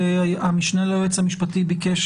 כי המשנה ליועץ המשפטי ביקש